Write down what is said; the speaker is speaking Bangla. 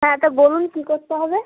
হ্যাঁ তা বলুন কী করতে হবে